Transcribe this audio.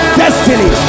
destiny